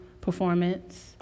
performance